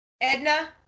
edna